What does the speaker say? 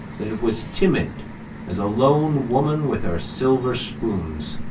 that it was timid as a lone woman with her silver spoons,